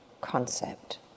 concept